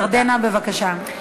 ירדנה, בבקשה.